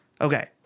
okay